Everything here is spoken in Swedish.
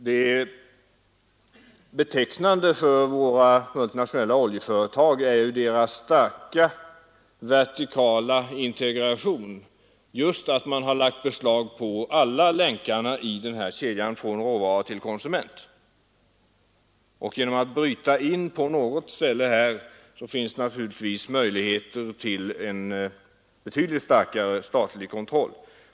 Det betecknande för de multinationella oljeföretagen är ju deras starka vertikala integration — just detta att man har lagt beslag på alla länkarna i den här kedjan från råvara till konsument. Genom att bryta in på något ställe här finns det naturligtvis möjligheter till en starkare statlig kontroll.